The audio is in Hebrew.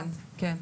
כן.